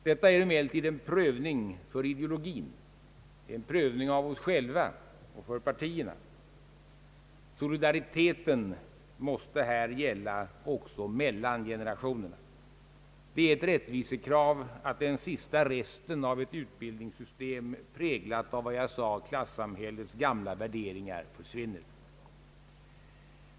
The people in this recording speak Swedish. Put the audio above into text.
Detta är emellertid en prövning för ideologin, en prövning av oss själva och för partierna. Solidariteten måste här gälla också mellan generationerna. Det är ett rättvisekrav att den sista resten av ett utbildningssystem präglat av som jag sade klasssamhällets gamla värderingar försvinner.